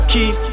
Keep